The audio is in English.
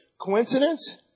Coincidence